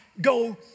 go